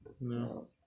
No